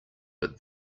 but